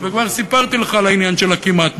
וכבר סיפרתי לך על העניין של הכמעט,